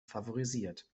favorisiert